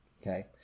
Okay